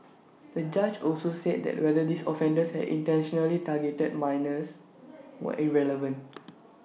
the judge also said that whether these offenders had intentionally targeted minors was irrelevant